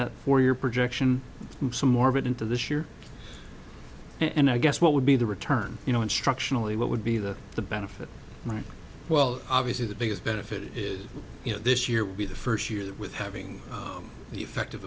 that for your projection some more of it into this year and i guess what would be the return you know instructional what would be the the benefit might well obviously the biggest benefit is you know this year will be the first year with having effect